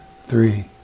three